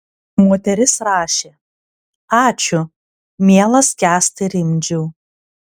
moteris rašė ačiū mielas kęstai rimdžiau